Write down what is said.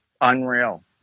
unreal